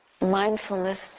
mindfulness